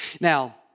Now